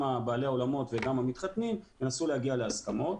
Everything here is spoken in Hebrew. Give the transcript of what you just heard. גם בעלי האולמות וגם המתחתנים וינסו להגיע להסכמות.